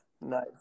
Nice